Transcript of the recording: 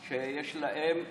שיש להן רווחה.